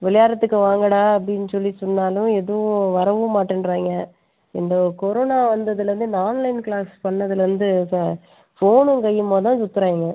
விளையாட்றதுக்கு வாங்கடா அப்படினு சொல்லி சொன்னாலும் எதுவும் வரவும் மாட்டேன்றாய்ங்க இந்த கொரோனா வந்ததுலேருந்து இந்த ஆன்லைன் க்ளாஸ் பண்ணதுலேருந்து சார் ஃபோனும் கையுமாக தான் சுற்றுகிறாங்க